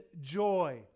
joy